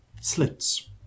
slits